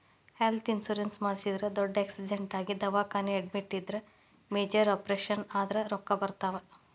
health insurance ಮಾಡಿಸಿದ್ರ ದೊಡ್ಡ್ accident ಆಗಿ ದವಾಖಾನಿ ಅಡ್ಮಿಟ್ ಆದ್ರ ಮೇಜರ್ ಆಪರೇಷನ್ ಆದ್ರ ರೊಕ್ಕಾ ಬರ್ತಾವ